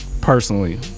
personally